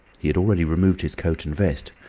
he had already removed his coat and vest,